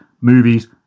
movies